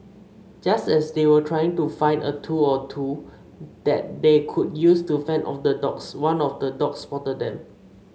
just as they were trying to find a tool or two that they could use to fend off the dogs one of the dogs spotted them